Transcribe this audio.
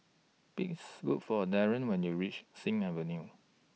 Please Look For Darryl when YOU REACH Sing Avenue